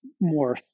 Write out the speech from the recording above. more